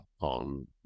on